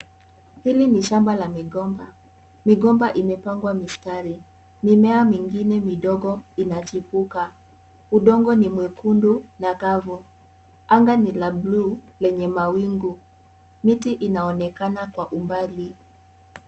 Hili ni shamba la migomba. Migomba imepangwa mistari. Mimea mingine midogo inachipuka. Udongo ni mwekundu na kavu. Anga ni la blue lenye mawingu. Miti inaonekana kwa umbali.